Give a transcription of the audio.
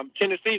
Tennessee